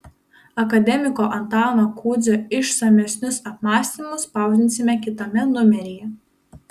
akademiko antano kudzio išsamesnius apmąstymus spausdinsime kitame numeryje